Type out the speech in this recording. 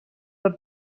the